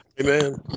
Amen